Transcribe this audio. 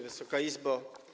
Wysoka Izbo!